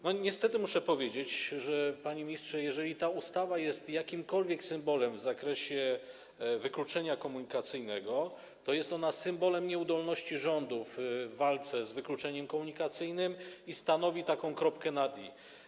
Niestety muszę powiedzieć, panie ministrze, że jeżeli ta ustawa jest jakimkolwiek symbolem w zakresie wykluczenia komunikacyjnego, to jest symbolem nieudolności rządów w walce z wykluczeniem komunikacyjnym i stanowi kropkę nad i.